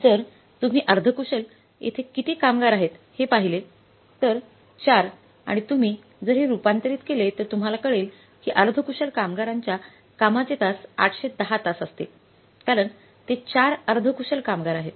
जर तुम्ही अर्ध कुशल येथे किती कामगार आहेत हे पाहिले तर आहेत 4 आणि तुम्ही जर हे रूपांतरित केले तर तुम्हाला कळेल की अर्ध कुशल कामगारांच्या कामाचे तास 810 तास असतील कारण ते 4 अर्ध कुशल कामगार आहेत